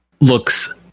looks